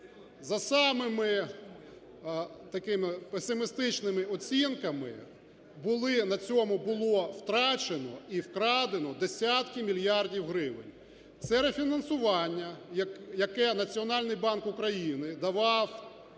За самими такими песимістичними оцінками, на цьому було втрачено і вкрадено десятки мільярдів гривень. Це рефінансування, яке Національний банк України давав